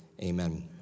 amen